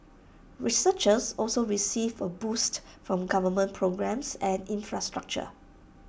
researchers also received A boost from government programmes and infrastructure